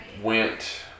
went